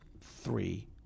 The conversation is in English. three